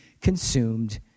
consumed